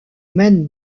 mène